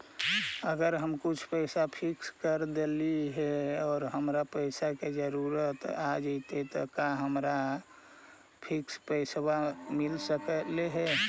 अगर हम कुछ पैसा फिक्स कर देली हे और हमरा पैसा के जरुरत आ जितै त का हमरा फिक्स पैसबा मिल सकले हे?